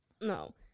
No